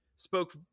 Spoke